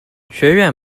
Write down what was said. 学院